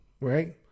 right